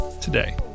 today